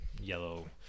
yellow